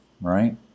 right